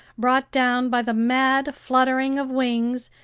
brought down by the mad fluttering of wings,